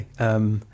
Okay